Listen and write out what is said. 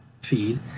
feed